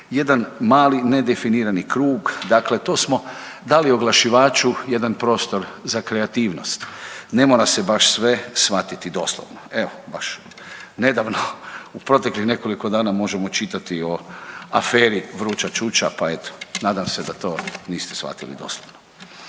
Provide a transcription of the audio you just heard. jedan mali nedefinirani krug, dakle to smo dali oglašivaču jedan prostor za kreativnost. Ne mora se baš sve shvatiti doslovno. Evo, baš nedavno u proteklih nekoliko dana možemo čitati o aferi Vruća čuča, pa eto, nadam se da to niste shvatili doslovno.